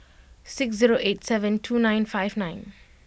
six zero eight seven two nine five nine